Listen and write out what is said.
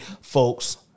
folks